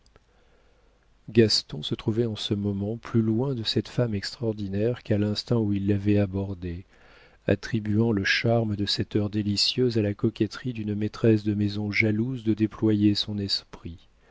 gaston se trouvait en ce moment plus loin de cette femme extraordinaire qu'à l'instant où il l'avait abordée attribuant le charme de cette heure délicieuse à la coquetterie d'une maîtresse de maison jalouse de déployer son esprit